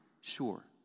sure